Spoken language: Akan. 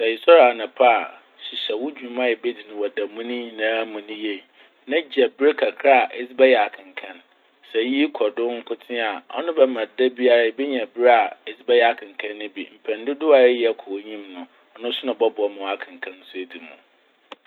Sɛ esoɛr anapa a hyehyɛ wo dwuma a ebedzi no da mu no nyinaa mu yie na gya ber kakra a edze bɛyɛ akenkan. Sɛ iyi kɔ do nkotsee a ɔno bɛma ma dabiara ebenya ber a ɛdze bɛyɛ akenkan no bi. Mpɛn dodow a ɛreyɛ kɔ w'enyim no, ɔno so na ɔbɔboa ma w'akenkan so edzi mu.